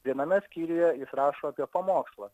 viename skyriuje jis rašo apie pamokslą